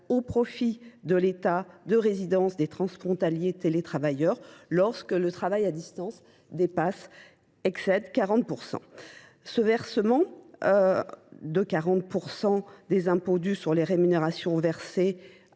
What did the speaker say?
au profit de l’État de résidence des transfrontaliers télétravailleurs lorsque le travail à distance excède 40 %. Ce versement de 40 % des impôts dus sur les rémunérations versées